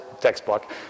textbook